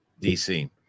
dc